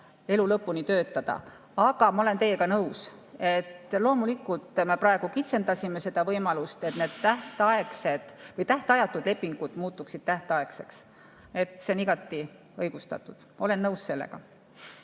elu lõpuni töötada. Aga ma olen teiega nõus, et loomulikult me praegu kitsendasime seda võimalust, et need tähtajatud lepingud muutuksid tähtaegseteks. See on igati õigustatud, olen sellega